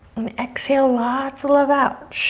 and exhale lots of love out.